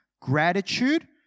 gratitude